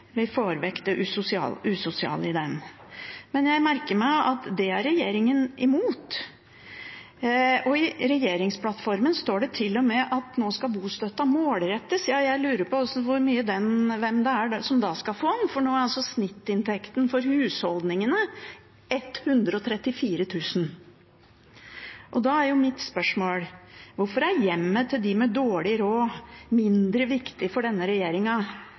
vi får vekk det usosiale med den. Men jeg merker meg at det er regjeringen imot. I regjeringsplattformen står det til og med at bostøtten nå skal være målrettet. Jeg lurer på hvem det er som da skal få den, for nå er altså snittinntekten per husholdning som mottar bostøtte, 134 000 kr. Da er mitt spørsmål: Hvorfor er hjemmet til dem med dårlig råd mindre viktig for denne